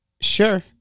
Sure